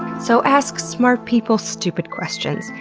so ask smart people stupid questions.